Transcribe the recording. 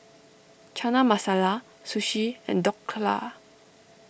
Chana Masala Sushi and Dhokla